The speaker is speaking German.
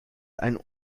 ein